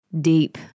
Deep